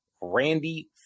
Randy